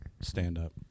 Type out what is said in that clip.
stand-up